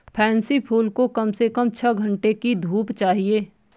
pansy फूल को कम से कम छह घण्टे की धूप चाहिए